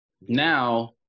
Now